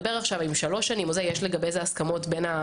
צריך לדבר אם זה יישמר לשלוש שנים או לזמן אחר,